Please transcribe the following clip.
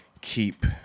keep